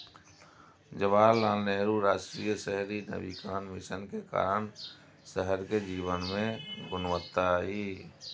जवाहरलाल नेहरू राष्ट्रीय शहरी नवीकरण मिशन के कारण शहर के जीवन में गुणवत्ता आई